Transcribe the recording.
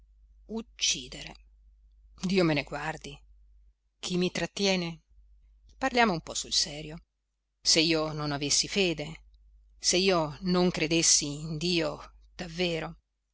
uccidere dio me ne guardi chi mi trattiene parliamo un po sul serio se io non avessi fede se io non credessi in dio davvero